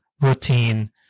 routine